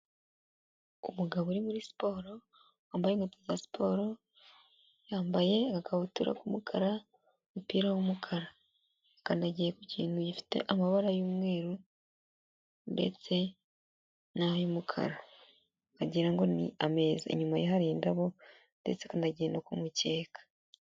Umugabo uri muri siporo wambaye inkweto za siporo, yambaye igakabutura k'umukara n'umupira w'umukara. Akandagiye ku kintu gifite amabara y'umweru ndetse n'ay'umukara wagira ngo ni ameza. Inyuma ye hari indabo ndetse akandagiye no ku mucyeka.